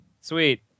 Sweet